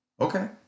Okay